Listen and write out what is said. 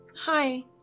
hi